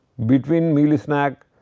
between meal snack,